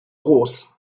groß